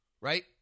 right